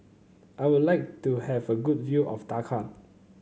I would like to have a good view of Dhaka